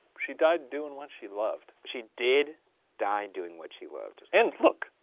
she died doing what she loved. she did die doing what she loved. and, look,